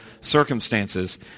circumstances